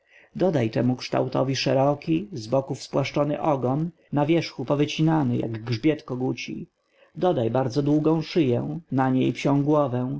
dodaj temu kształtowi szeroki z boków spłaszczony ogon na wierzchu powycinany jak grzebień koguci dodaj bardzo długą szyję a na niej psią